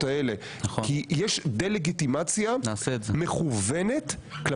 האלה כי יש דה-לגיטימציה מכוונת -- נעשה את זה.